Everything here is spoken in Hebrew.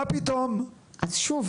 מה פתאום אז שוב,